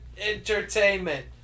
Entertainment